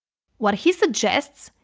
what he suggests,